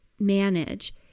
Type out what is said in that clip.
manage